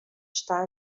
está